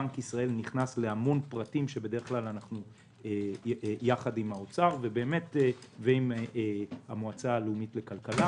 בנק ישראל נכנס להמון פרטים יחד עם האוצר ועם המועצה הלאומית לכלכלה.